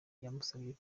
yamusabye